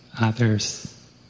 others